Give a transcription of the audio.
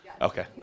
Okay